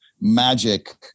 magic